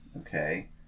Okay